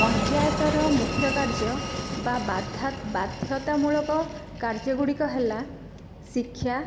ପଞ୍ଚାୟତର ମୁଖ୍ୟ କାର୍ଯ୍ୟ ବା ବାଧ୍ୟତାମୂଳକ କାର୍ଯ୍ୟଗୁଡ଼ିକ ହେଲା ଶିକ୍ଷା